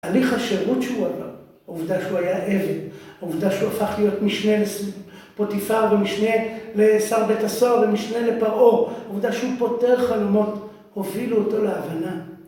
הליך השירות שהוא עבר, העובדה שהוא היה עבד, העובדה שהוא הפך להיות משנה לפוטיפר ומשנה לשר בית הסוהר ומשנה לפרעה, עובדה שהוא פותר חלומות, הובילו אותו להבנה.